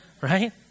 right